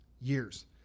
Years